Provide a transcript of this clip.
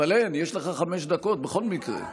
אבל יש לך חמש דקות בכל מקרה.